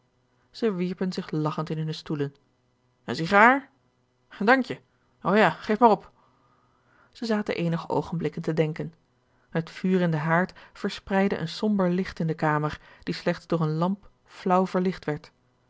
zij wierpen zich lagchend in hunne stoelen een sigaar dank je of ja geef maar op zij zaten eenige oogenblikken te denken het vuur in den haard verspreidde een somber licht in de kamer die slechts door eene lamp flaauw verlicht werd